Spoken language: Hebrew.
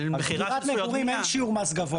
על דירת מגורים אין שיעור מס גבוה.